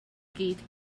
gyd